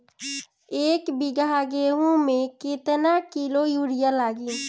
एक बीगहा गेहूं में केतना किलो युरिया लागी?